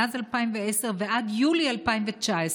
מאז 2010 ועד יולי 2019,